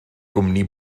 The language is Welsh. gwmni